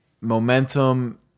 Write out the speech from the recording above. momentum